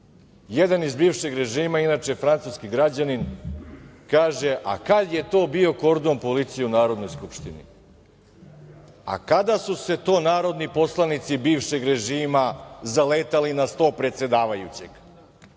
iz bivšeg režima, inače francuski građanin kaže – a, kad je to bio kordon policije u Narodnoj skupštini? Kada su se to narodni poslanici bivšeg režima zaletali za sto predsedavajućeg?